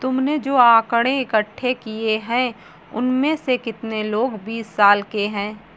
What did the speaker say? तुमने जो आकड़ें इकट्ठे किए हैं, उनमें से कितने लोग बीस साल के हैं?